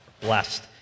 blessed